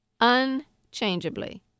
unchangeably